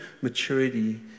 maturity